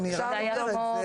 אני אדאג להסביר את זה שוב